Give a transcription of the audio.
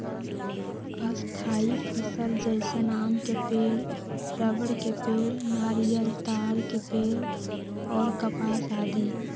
स्थायी फसल जैसन आम के पेड़, रबड़ के पेड़, नारियल, ताड़ के पेड़ और कपास आदि